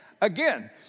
again